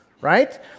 right